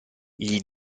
gli